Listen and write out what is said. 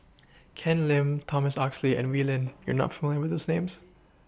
Ken Lim Thomas Oxley and Wee Lin YOU not familiar with These Names